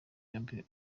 yombi